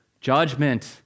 judgment